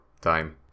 time